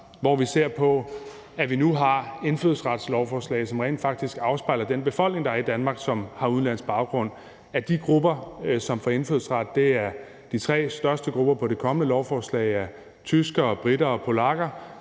at vi nu har indfødsretslovforslag, som rent faktisk afspejler den befolkning, der er i Danmark, som har udenlandsk baggrund; at blandt de grupper, som får indfødsret, er de tre største grupper på det kommende lovforslag tyskere, briter og polakker,